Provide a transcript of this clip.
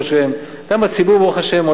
ברוך השם.